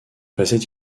passait